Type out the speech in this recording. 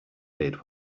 did